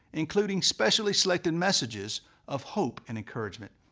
including specially selected messages of hope and encouragement.